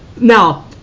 now